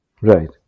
Right